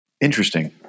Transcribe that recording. Interesting